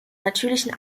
natürlichen